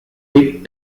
big